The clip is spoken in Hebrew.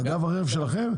אגף הרכב שלכם?